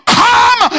come